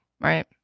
Right